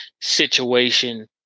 situation